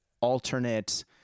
alternate